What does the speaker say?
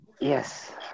Yes